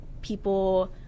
people